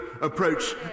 approach